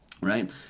right